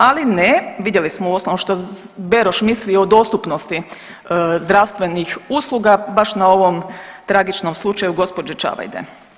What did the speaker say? Ali ne, vidjeli smo uostalom što Beroš misli o dostupnosti zdravstvenih usluga baš na ovom tragičnom slučaju gospođe Čavajde.